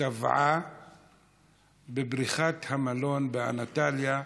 טבעה בבריכת המלון באנטליה.